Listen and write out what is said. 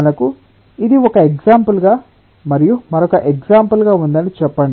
మనకు ఇది ఒక ఎక్సంపుల్ గా మరియు మరొక ఎక్సంపుల్ గా ఉందని చెప్పండి